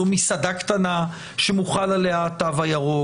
זו מסעדה קטנה שמוחל עליה התו הירוק,